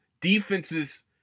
defenses